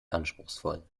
anspruchsvoll